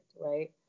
right